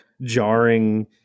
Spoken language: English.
jarring